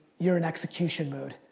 you're in execution mode.